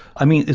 i mean,